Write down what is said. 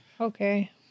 okay